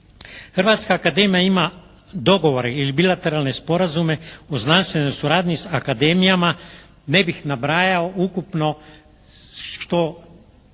Hrvatska akademija ima dogovore ili bilateralne sporazume u znanstvenoj suradnji s akademijama, ne bih nabrajao, ukupno što